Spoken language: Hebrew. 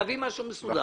להביא משהו מסודר.